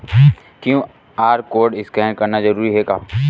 QR code scan करना जरूरी हे का?